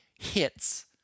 hits